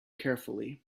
carefully